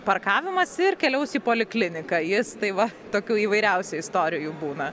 parkavimas ir keliaus į polikliniką jis tai va tokių įvairiausių istorijų būna